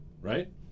Right